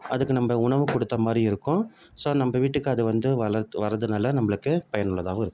அதுக்கு நம்ம உணவு கொடுத்த மாதிரியும் இருக்கும் ஸோ நம்ம வீட்டுக்கு அது வந்து வளரத் வரதுனால் நம்மளுக்கு பயனுள்ளதாகவும் இருக்கும்